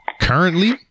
currently